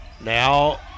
Now